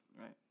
Right